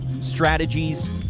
strategies